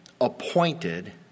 appointed